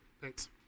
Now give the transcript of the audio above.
Thanks